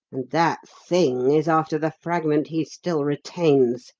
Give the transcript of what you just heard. that thing is after the fragment he still retains